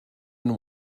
and